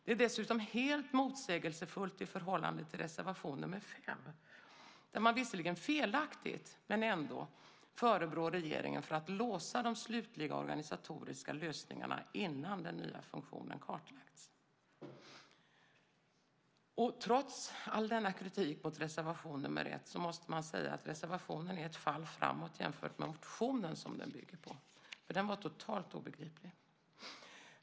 Det är dessutom helt motsägelsefullt i förhållande till reservation nr 5 där man visserligen felaktigt, men ändå, förebrår regeringen för att låsa de slutliga organisatoriska lösningarna innan den nya funktionen kartlagts. Trots all denna kritik mot reservation nr 1 måste man säga att reservationen är ett fall framåt jämfört med motionen som den bygger på, för den var totalt obegriplig.